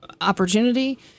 opportunity